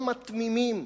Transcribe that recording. הם התמימים.